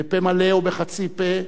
בפה מלא או בחצי פה,